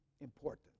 important